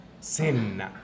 sin